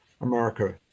America